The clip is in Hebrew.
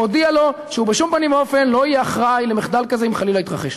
הודיע לו שהוא בשום פנים ואופן לא יהיה אחראי למחדל כזה אם חלילה יתרחש.